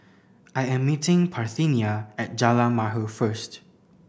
I am meeting Parthenia at Jalan Mahir first